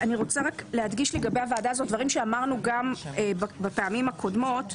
אני רוצה רק להדגיש לגבי הוועדה זאת דברים שאמרנו גם בפעמים הקודמות.